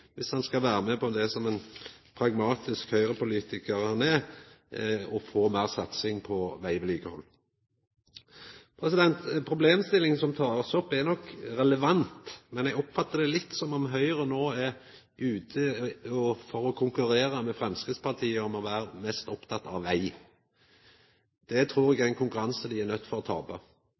han skal – som den pragmatiske Høgre-politikaren som han er – vera med på å få meir satsing på vegvedlikehald. Problemstillinga som blir teken opp, er nok relevant, men eg oppfattar det litt som om Høgre no er ute etter å konkurrera med Framstegspartiet om å vera mest oppteke av veg. Det trur eg er ein konkurranse dei er